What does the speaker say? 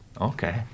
Okay